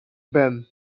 pin